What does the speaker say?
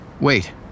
wait